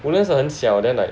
Woodlands 的很小 then like